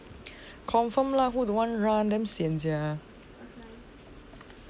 confirm lah who don't want run very sian sia